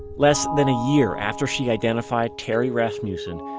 less than a year after she identified terry rasmussen,